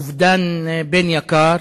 אובדן בן יקר,